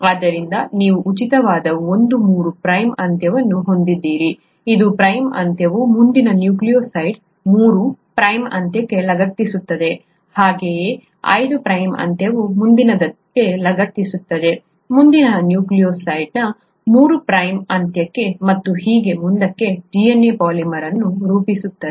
ಆದ್ದರಿಂದ ನೀವು ಉಚಿತವಾದ ಒಂದು ಮೂರು ಪ್ರೈಮ್ ಅಂತ್ಯವನ್ನು ಹೊಂದಿದ್ದೀರಿ ಐದು ಪ್ರೈಮ್ ಅಂತ್ಯವು ಮುಂದಿನ ನ್ಯೂಕ್ಲಿಯೋಟೈಡ್ನ ಮೂರು ಪ್ರೈಮ್ ಅಂತ್ಯಕ್ಕೆ ಲಗತ್ತಿಸುತ್ತದೆ ಹಾಗೆಯೇ ಐದು ಪ್ರೈಮ್ ಅಂತ್ಯವು ಮುಂದಿನದಕ್ಕೆ ಲಗತ್ತಿಸುತ್ತದೆ ಮುಂದಿನ ನ್ಯೂಕ್ಲಿಯೊಟೈಡ್ನ ಮೂರು ಪ್ರೈಮ್ ಅಂತ್ಯಕ್ಕೆ ಮತ್ತು ಹೀಗೆ ಮುಂದಕ್ಕೆ DNA ಪಾಲಿಮರ್ ಅನ್ನು ರೂಪಿಸುತ್ತದೆ